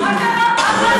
מה הפחד מזה